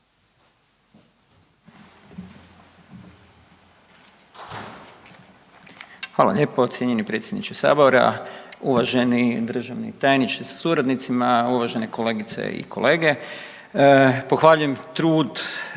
Hvala lijepo cijenjeni predsjedniče Sabora, uvaženi državni tajniče sa suradnicima, uvažene kolegice i kolege. Pohvaljujem trud